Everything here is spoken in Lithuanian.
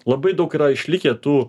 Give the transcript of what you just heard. labai daug yra išlikę tų